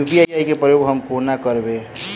UPI केँ प्रयोग हम कोना करबे?